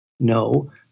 No